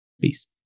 peace